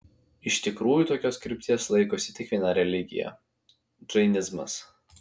iš tikrųjų tokios krypties laikosi tik viena religija džainizmas